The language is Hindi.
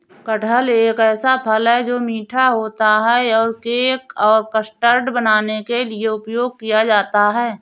कटहल एक ऐसा फल है, जो मीठा होता है और केक और कस्टर्ड बनाने के लिए उपयोग किया जाता है